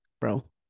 bro